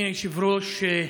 אדוני היושב-ראש,